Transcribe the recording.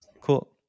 Cool